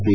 T